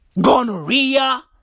Gonorrhea